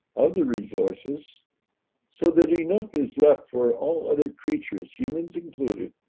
of the resources so that enough is left for all other creatures, humans included.